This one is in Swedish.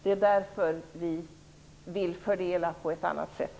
Det är därför vi vill fördela på ett annat sätt.